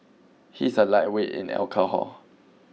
he is a lightweight in alcohol